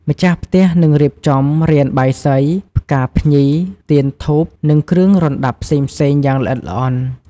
ម្ចាស់ផ្ទះនឹងរៀបចំរានបាយសី ផ្កាភ្ញី ទៀនធូប និងគ្រឿងរណ្ដាប់ផ្សេងៗយ៉ាងល្អិតល្អន់។